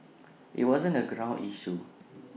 IT wasn't A ground issue